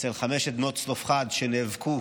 אצל חמש בנות צלפחד שנאבקו